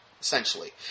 essentially